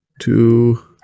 two